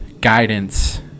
guidance